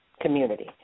community